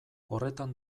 horretan